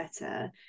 better